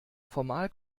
formal